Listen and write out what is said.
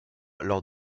lors